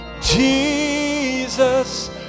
Jesus